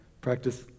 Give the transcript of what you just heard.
practice